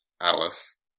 Alice